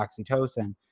oxytocin